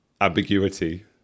ambiguity